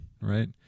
right